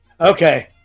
Okay